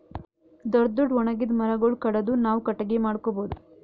ದೊಡ್ಡ್ ದೊಡ್ಡ್ ಒಣಗಿದ್ ಮರಗೊಳ್ ಕಡದು ನಾವ್ ಕಟ್ಟಗಿ ಮಾಡ್ಕೊಬಹುದ್